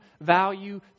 value